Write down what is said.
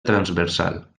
transversal